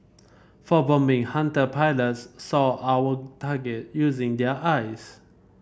for bombing Hunter pilots sought our target using their eyes